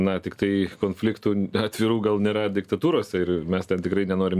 na tiktai konfliktų atvirų gal nėra diktatūros ir mes ten tikrai nenorim